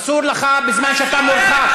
אסור לך בזמן שאתה מורחק.